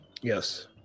Yes